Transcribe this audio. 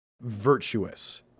virtuous